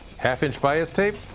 half inch bias tape.